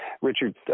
Richard